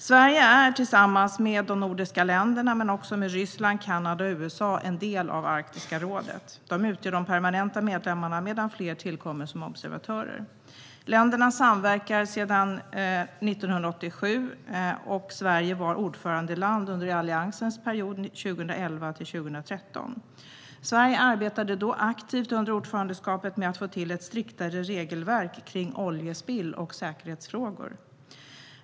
Sverige är tillsammans med de nordiska länderna men också Ryssland, USA och Kanada en del av Arktiska rådet. De utgör de permanenta medlemmarna, medan fler tillkommer som observatörer. Länderna samverkar sedan 1987, och Sverige var ordförandeland 2011-2013, under Alliansens period. Sverige arbetade aktivt under ordförandeskapet med att få till ett striktare regelverk kring oljespill och säkerhetsfrågor.